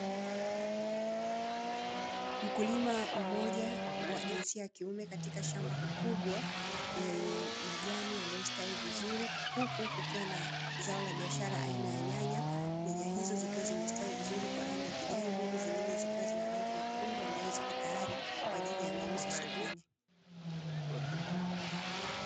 Mkulima mmoja wa jinsia ya kiume katika shamba kubwa, lenye majani yaliyostawi vizuri. Huku kukiwa na zao la biashara aina ya nyanya, nyanya hizo zikiwa zimestawi vizuri kwa rangi ya kijani. Huku zingine zikiwa na rangi nyekundu ambazo ziko tayari kwa mauzo sokoni.